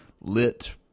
lit